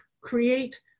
create